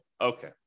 Okay